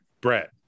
Brett